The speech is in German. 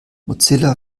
mozilla